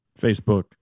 Facebook